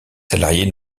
salariés